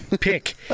pick